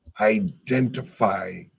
Identify